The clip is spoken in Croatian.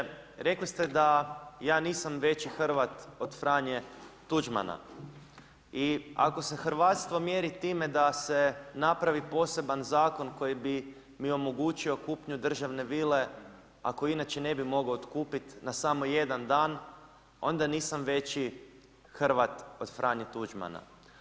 Uvaženi zastupniče rekli ste da ja nisam veći hrvat od Franje Tuđmana i ako se hrvatsko mjeri time, da se napravi poseban zakon, koji bi mi omogućio kupnju drevne vile, a koju inače ne bi mogao otkupiti na samo jedan dan, onda nisam veći hrvat od Franje Tuđmana.